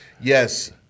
Yes